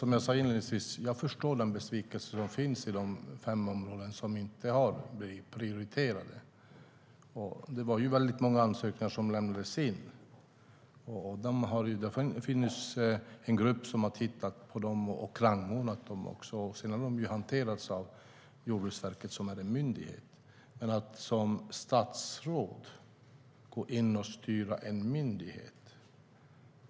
Fru talman! Jag förstår den besvikelse som finns i de fem områden som inte har blivit prioriterade. Det var många ansökningar som lämnades in. En grupp har tittat på dem och rangordnat dem. Sedan har de hanterats av Jordbruksverket, som är en myndighet. Jag tänker inte som statsråd gå in och styra en myndighet.